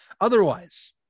Otherwise